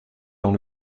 dans